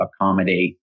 accommodate